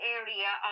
area